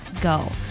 go